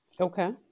Okay